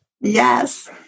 Yes